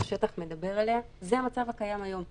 שטח מדבר עליה היא המצב הקיים היום.